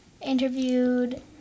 interviewed